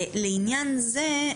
לעניין זה,